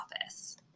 office